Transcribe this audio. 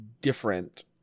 different